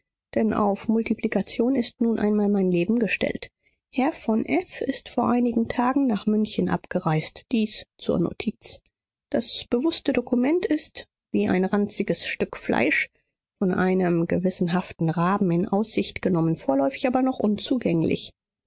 denn auf multiplikation ist nun einmal mein leben gestellt herr von f ist vor einigen tagen nach münchen abgereist dies zur notiz das bewußte dokument ist wie ein ranziges stück fleisch von einem gewissenhaften raben in aussicht genommen vorläufig aber noch unzugänglich